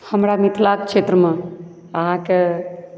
हमरा मिथिलाक क्षेत्र मे आहाँकेँ